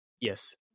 yes